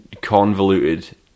convoluted